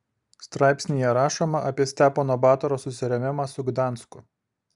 straipsnyje rašoma apie stepono batoro susirėmimą su gdansku